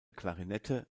klarinette